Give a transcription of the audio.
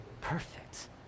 perfect